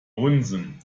unsinn